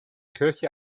kirche